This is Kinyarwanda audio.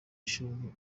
ishuri